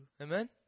Amen